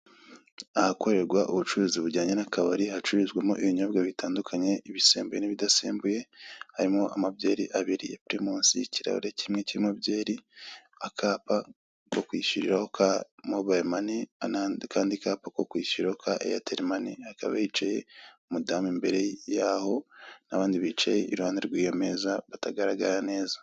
Ahakorerwa ubucuruzi bujyanye n'akabari. Hacururizwamo ibinyobwa bitandukanye, ibisembuye n'ibidasembuye. Harimo amabyeri abiri ya pirimusi; ikirahure kimwe kirimo byeri, akapa ko kwishyuriraho ka mobiro mane, n'akandi kapa ko kwishyuriraho ka eyateri mane. Hakaba hicaye umudamu imbere yaho, n'abandi bicaye imbere y'iyo meza batagaragara neza.